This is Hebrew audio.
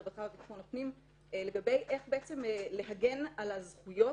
הרווחה וביטחון הפנים לגבי איך בעצם להגן על הזכויות